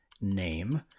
name